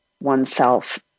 oneself